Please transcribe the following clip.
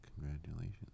congratulations